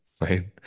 Right